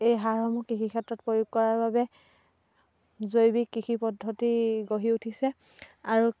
এই সাৰসমূহ কৃষি ক্ষেত্ৰত প্ৰয়োগ কৰাৰ বাবে জৈৱিক কৃষি পদ্ধতি গঢ়ি উঠিছে আৰু